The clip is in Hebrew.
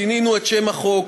שינינו את שם החוק,